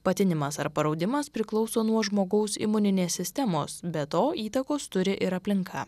patinimas ar paraudimas priklauso nuo žmogaus imuninės sistemos be to įtakos turi ir aplinka